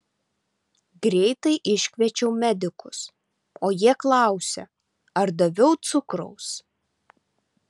greitai iškviečiau medikus o jie klausia ar daviau cukraus